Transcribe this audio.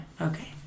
Okay